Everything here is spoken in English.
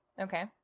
Okay